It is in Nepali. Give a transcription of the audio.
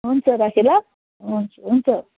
हुन्छ राखेँ ल हुन्छ हुन्छ